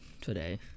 today